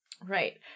Right